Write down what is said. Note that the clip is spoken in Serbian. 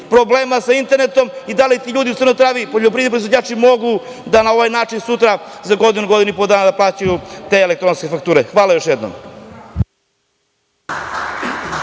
problema sa internetom i da li ti ljudi u Crnoj Travi, poljoprivredni proizvođači, mogu da na ovaj način sutra, za godinu, godinu i po dana da plaćaju te elektronske fakture? Hvala još jednom.